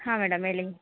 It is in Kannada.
ಹಾಂ ಮೇಡಮ್ ಹೇಳಿ